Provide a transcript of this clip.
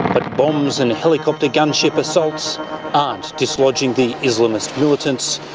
but bombs and helicopter gunship assaults aren't dislodging the islamist militants.